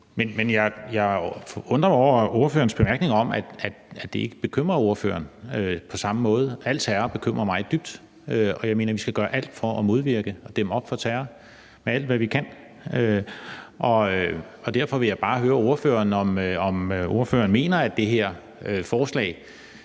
jeg undrer mig over ordførerens bemærkning om, at det ikke bekymrer ordføreren på samme måde. Al terror bekymrer mig dybt, og jeg mener, vi skal gøre alt for at modvirke og dæmme op for terror med alt, hvad vi kan. Derfor vil jeg bare høre ordføreren, om ordføreren mener, at det her forslag